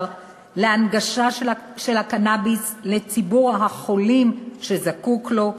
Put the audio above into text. להנגשה של הקנאביס לציבור החולים שזקוק לו,